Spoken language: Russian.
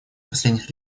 последних